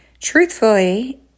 Truthfully